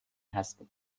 هستی